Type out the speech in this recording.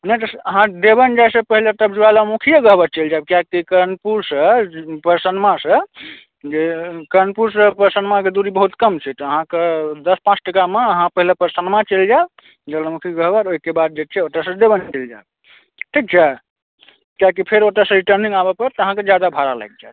नहि तऽ अहाँ जेवन जायसॅं पहिले तब ज्वालामुखीए ग्वहर चलि जायब किया तऽ कर्णपुरसॅं परसनमासॅं जे कर्णपुरसॅं परसनमाक दूरी बहुत कम छै तऽ अहाँके दश पाँच टकामे अहाँ पहिले परसनमा चलि जायब ज्वालामुखी ग्वहर ओहिके बाद जे छै ओतयसॅं जेवन निकलि जायब ठीक छै कियाकि फेर ओतयसॅं रिटर्निंग आबय परत तऽ अहाँकेॅं जादा भाड़ा लागि जायत